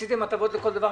עשיתם הטבות לכל דבר.